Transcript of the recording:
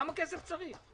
כמה כסף צריך?